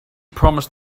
promised